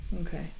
okay